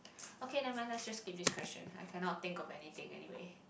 okay nevermind let's just skip this question I cannot think of anything anyway